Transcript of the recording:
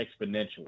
exponentially